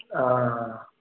ആ